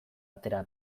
atera